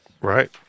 Right